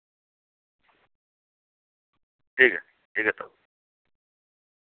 ٹھیک ہے ٹھیک ہے سر